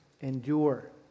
endure